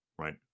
right